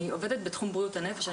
אני עובדת בתחום בריאות הנפש,